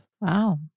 Wow